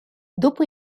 dopo